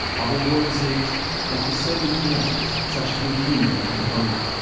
bubble-boy disease and for certain cancers, such as leukaemia and lymphoma.